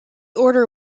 order